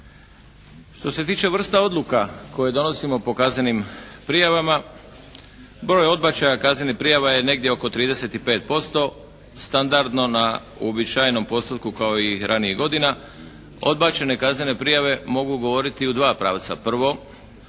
Što se tiče vrsta odluka koje donosimo po kaznenim prijavama, broj odbačaja kaznenih prijava je negdje oko 35% standardno na uobičajenom postupku kao i ranijih godina. Odbačene kaznene prijave mogu govoriti u dva pravca, prvo